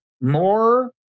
more